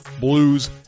blues